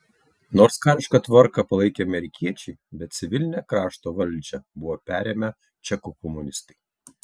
nors karišką tvarką palaikė amerikiečiai bet civilinę krašto valdžią buvo perėmę čekų komunistai